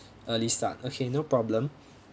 early start okay no problem